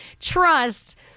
trust